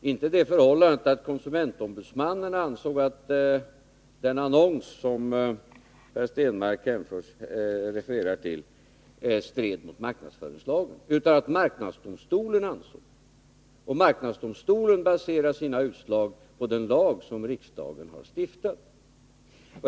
inte det förhållandet att konsumentombudsmannen ansåg att den annons som Per Stenmarck refererar till stred mot marknadsföringslagen. Det var marknadsdomstolen som ansåg detta, och den baserar sina utslag på den lag som riksdagen har stiftat.